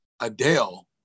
Adele